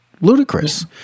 ludicrous